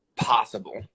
Possible